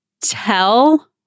Tell